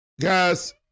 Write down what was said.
Guys